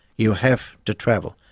you have to travel.